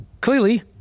clearly